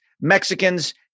Mexicans